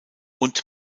und